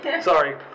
sorry